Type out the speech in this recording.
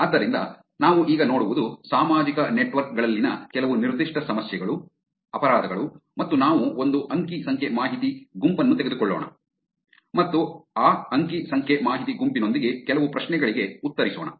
ಆದ್ದರಿಂದ ನಾವು ಈಗ ನೋಡುವುದು ಸಾಮಾಜಿಕ ನೆಟ್ವರ್ಕ್ ಗಳಲ್ಲಿನ ಕೆಲವು ನಿರ್ದಿಷ್ಟ ಸಮಸ್ಯೆಗಳು ಅಪರಾಧಗಳು ಮತ್ತು ನಾವು ಒಂದು ಅಂಕಿ ಸಂಖ್ಯೆ ಮಾಹಿತಿ ಗುಂಪನ್ನು ತೆಗೆದುಕೊಳ್ಳೋಣ ಮತ್ತು ಆ ಅಂಕಿ ಸಂಖ್ಯೆ ಮಾಹಿತಿ ಗುಂಪಿನೊಂದಿಗೆ ಕೆಲವು ಪ್ರಶ್ನೆಗಳಿಗೆ ಉತ್ತರಿಸೋಣ